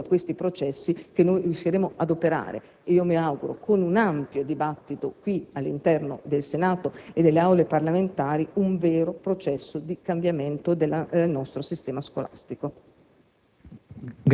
perché è solo da questi processi che riusciremo ad operare (mi auguro con un ampio dibattito nel Senato e nelle Aule parlamentari) un vero processo di cambiamento del nostro sistema scolastico.